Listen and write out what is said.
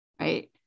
right